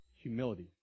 humility